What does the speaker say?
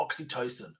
oxytocin